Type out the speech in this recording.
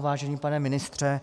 Vážený pane ministře,